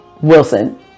Wilson